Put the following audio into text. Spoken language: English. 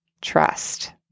trust